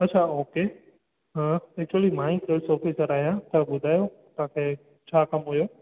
अच्छा ओके हां एक्चुली मां ई सेल्स ऑफिसर आहियां तव्हां ॿुधायो तव्हां खे छा कमु हुयो